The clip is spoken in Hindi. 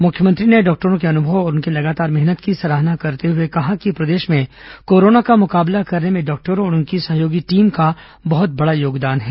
मुख्यमंत्री ने डॉक्टरों के अनुभव और उनकी लगातार मेहनत की सराहना करते हुए कहा कि प्रदेश में कोरोना का मुकाबला करने में डॉक्टरों और उनकी सहयोगी टीम का बहुत बड़ा योगदान है